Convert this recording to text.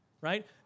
right